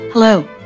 Hello